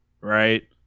right